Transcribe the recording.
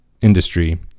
industry